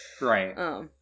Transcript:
Right